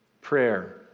Prayer